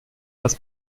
was